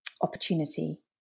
opportunity